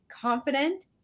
confident